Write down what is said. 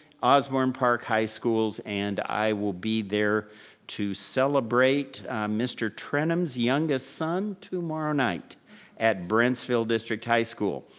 osborn park high schools, and i will be there to celebrate mr. trenum's youngest son tomorrow night at brentsville district high school.